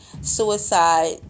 Suicide